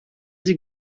sie